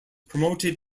promoted